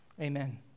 Amen